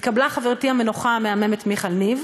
התקבלה חברתי המנוחה המהממת מיכל ניב,